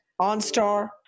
OnStar